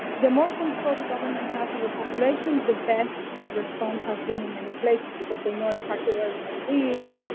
the more control the government has over a population the best the response has been in many places. because they know exactly where everybody lives,